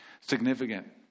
significant